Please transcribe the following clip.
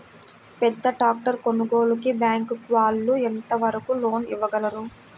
పెద్ద ట్రాక్టర్ కొనుగోలుకి బ్యాంకు వాళ్ళు ఎంత వరకు లోన్ ఇవ్వగలరు?